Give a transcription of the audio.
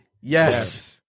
Yes